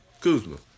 Kuzma